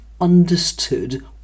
understood